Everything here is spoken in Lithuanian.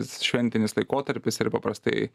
šventinis laikotarpis ir paprastai